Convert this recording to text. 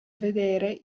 vedere